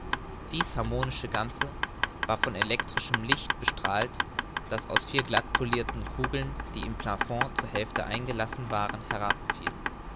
dies harmonische ganze war von elektrischem licht bestrahlt das aus vier glattpolirten kugeln die im plafond zur hälfte eingelassen waren